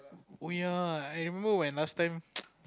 oh ya I remember when last time